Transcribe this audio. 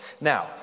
Now